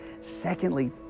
secondly